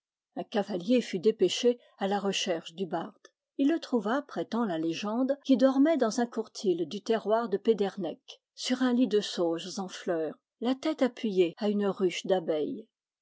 un cavalier fut dépêché à la recherche du barde il le trouva prétend la légende qui dormait dans un courtil du terroir de pédernec sur un lit de sauges en fleur la tête appuyée à une ruche